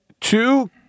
two